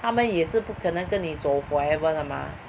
他们也是不可能跟你走 forever 的 mah